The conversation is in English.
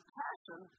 passion